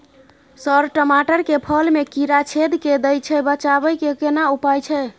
Sir टमाटर के फल में कीरा छेद के दैय छैय बचाबै के केना उपाय छैय?